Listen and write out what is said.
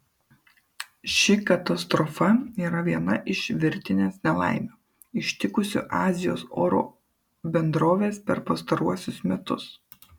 ši katastrofa yra viena iš virtinės nelaimių ištikusių azijos oro bendroves per pastaruosius metus